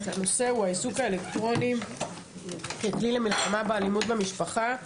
הנושא הוא האיזוק האלקטרוני ככלי למלחמה באלימות במשפחה,